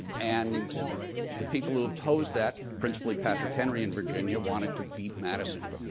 and the people who opposed that, principally patrick henry in virginia wanted to be madison.